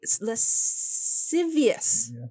lascivious